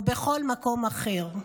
או בכל מקום אחר.